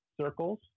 circles